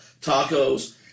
tacos